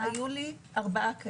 ארבעה.